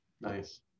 Nice